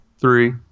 Three